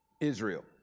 Israel